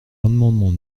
amendements